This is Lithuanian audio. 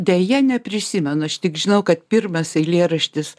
deja neprisimenu aš tik žinau kad pirmas eilėraštis